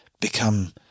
become